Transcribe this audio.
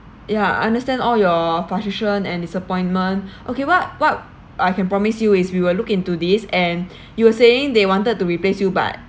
ya understand all your frustration and disappointment okay what what I can promise you is we will look into this and you were saying they wanted to replace you but